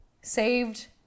saved